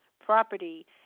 property